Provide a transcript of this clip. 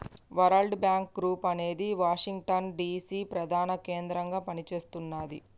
world Bank group అనేది Washington DC ప్రధాన కేంద్రంగా పనిచేస్తున్నది